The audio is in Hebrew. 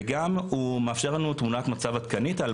וגם הוא מאפשר לנו תמונת מצב עדכנית על